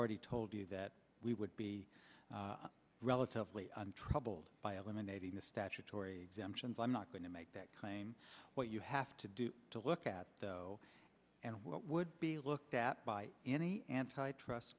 already told you that we would be relatively untroubled by eliminating the statutory exemptions i'm not going to make that claim what you have to do to look at and what would be looked at by any antitrust